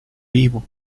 vivo